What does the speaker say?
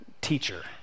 teacher